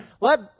let